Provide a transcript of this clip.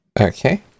okay